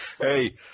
Hey